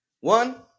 One